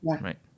right